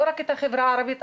לא רק את החברה הערבית.